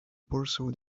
pursue